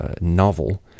novel